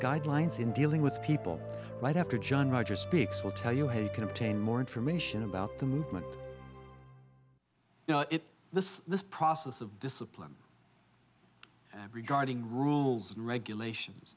guidelines in dealing with people right after john rogers speaks we'll tell you how you can obtain more information about the movement you know it this this process of discipline regarding rules and regulations